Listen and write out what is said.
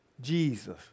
Jesus